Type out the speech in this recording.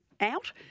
out